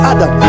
Adam